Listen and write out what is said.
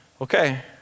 Okay